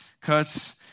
cuts